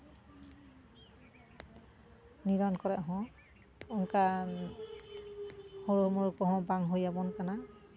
ᱱᱤᱨᱚᱱ ᱠᱚᱨᱮ ᱦᱚᱸ ᱚᱱᱠᱟ ᱦᱳᱲᱳ ᱠᱚᱦᱚᱸ ᱵᱟᱝ ᱦᱩᱭᱟᱵᱚᱱ ᱠᱟᱱᱟ